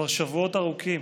כבר שבועות ארוכים,